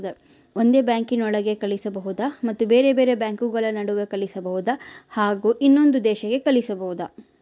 ಒಂದೇ ಬ್ಯಾಂಕಿನೊಳಗೆ ಕಳಿಸಬಹುದಾ ಮತ್ತು ಬೇರೆ ಬೇರೆ ಬ್ಯಾಂಕುಗಳ ನಡುವೆ ಕಳಿಸಬಹುದಾ ಹಾಗೂ ಇನ್ನೊಂದು ದೇಶಕ್ಕೆ ಕಳಿಸಬಹುದಾ?